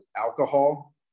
alcohol